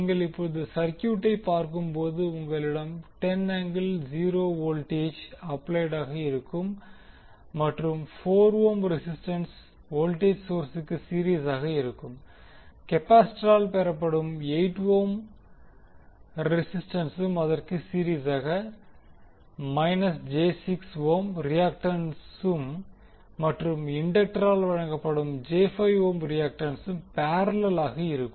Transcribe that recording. நீங்கள் இப்போது சர்க்யூட்டை பார்க்கும் போது உங்களிடம் 10 ஆங்கிள் 0 வோல்டேஜ் அப்ளைடாக இருக்கும் மற்றும் 4 ஓம் ரெசிஸ்டன்ஸ் வோல்டேஜ் சோர்சுக்கு சீரியஸாக இருக்கும் கெபாசிட்டரால் பெறப்படும் 8 ஓம் ரெசிஸ்டன்சும் அதற்கு சீரிஸாக மைனஸ் j 6 ஓம் ரியாக்டன்சும் மற்றும் இண்டக்டரால் வழங்கப்படும் j 5 ஓம் ரியாக்டன்சும் பேர்லெளாக இருக்கும்